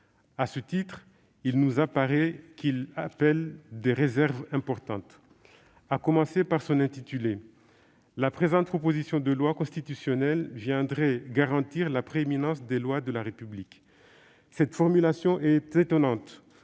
À ce titre, il nous apparaît qu'il appelle des réserves importantes. À commencer par son intitulé. La présente proposition de loi constitutionnelle viendrait « garantir la prééminence des lois de la République ». Cette formulation est étonnante